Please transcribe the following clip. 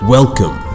Welcome